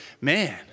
man